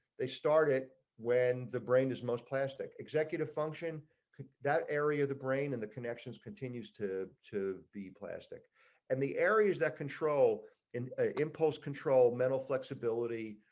they started when the brain is most plastic executive function could that area of the brain and the connections continues to to be plastic and the areas that control and impose control mental flexibility,